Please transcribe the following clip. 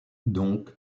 donc